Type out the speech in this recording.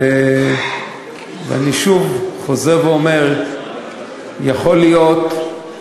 אני שוב חוזר ואומר, יכול להיות,